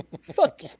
fuck